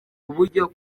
uburyo